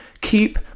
Keep